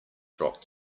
drop